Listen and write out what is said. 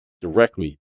directly